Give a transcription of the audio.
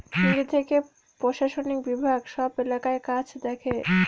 নিজে থেকে প্রশাসনিক বিভাগ সব এলাকার কাজ দেখে